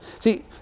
See